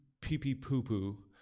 Pee-pee-poo-poo